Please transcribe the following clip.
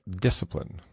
discipline